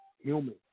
human